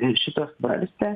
ir šitą svarstė